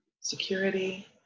security